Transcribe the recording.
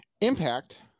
Impact